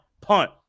punt